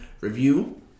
review